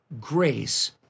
grace